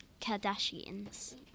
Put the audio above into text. Kardashians